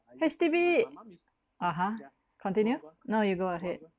H_D_B (uh huh) continue no you go ahead